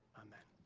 amen.